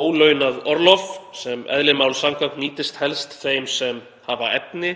ólaunað orlof sem eðli máls samkvæmt nýtist helst þeim sem hafa efni